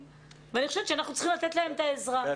ואני חושבת שאנחנו צריכים לתת להם את העזרה,